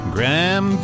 Graham